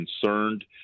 concerned